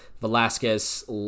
Velasquez